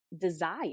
desire